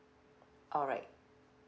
alright